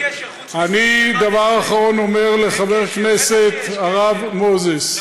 אין קשר חוץ מסעיף 11. בטח שיש קשר,